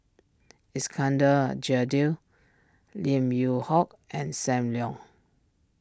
Iskandar Jalil Lim Yew Hock and Sam Leong